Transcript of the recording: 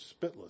spitless